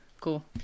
cool